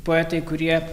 poetai kurie